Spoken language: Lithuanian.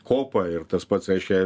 kopa ir tas pats reiškia